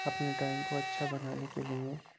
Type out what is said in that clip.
اپنی ڈرائنگ کو اچھا بنانے کے لیے